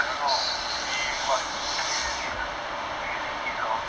I don't know see what we usually usually eat lor